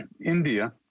India